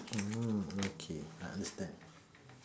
mm okay I understand